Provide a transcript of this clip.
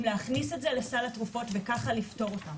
-- אני מכיר את הלוביסטים, הם יעשו עבודה טובה.